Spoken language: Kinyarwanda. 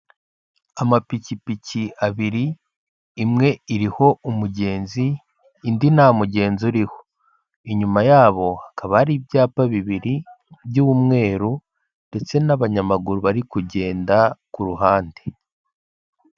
Amapikipiki abiri, imwe iriho umugenzi, indi nta mugenzi uriho. Inyuma yabo hakaba hari ibyapa bibiri by'umweru ndetse n'abanyamaguru bari kugenda ku ruhande.